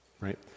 right